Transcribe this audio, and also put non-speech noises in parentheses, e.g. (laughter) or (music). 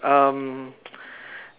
um (noise)